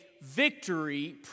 victory